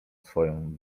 swoją